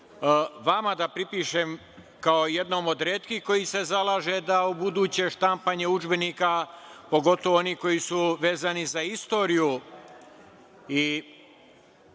vama da pripišem, kao jednom od retkih koji se zalaže da ubuduće štampanje udžbenika, pogotovo onih koji su vezani za istoriju